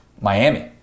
Miami